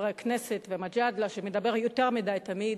ואני בטוח שחברת הכנסת מיכאלי לא היתה אומרת לך מה להגיד בנאומך.